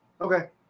Okay